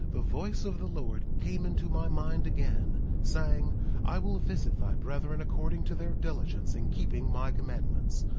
the voice of the lord came into my mind again, saying i will visit thy brethren according to their diligence in keeping my commandments.